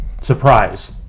Surprise